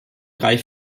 drei